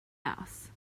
house